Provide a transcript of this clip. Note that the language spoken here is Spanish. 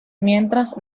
mientras